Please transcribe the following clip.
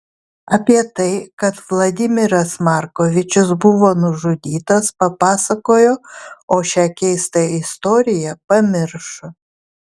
apie tai kad vladimiras markovičius buvo nužudytas papasakojo o šią keistą istoriją pamiršo